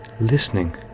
listening